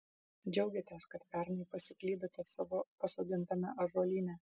džiaugiatės kad pernai pasiklydote savo pasodintame ąžuolyne